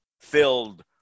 filled